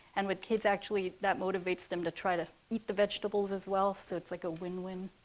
and with kids, actually that motivates them to try to eat the vegetables as well, so it's, like, a win-win.